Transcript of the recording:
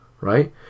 right